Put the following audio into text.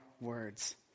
words